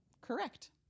correct